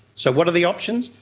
so what are the options?